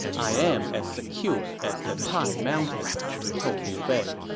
i am as secure as the tai mountain, he told liu bei.